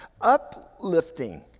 uplifting